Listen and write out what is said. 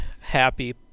happy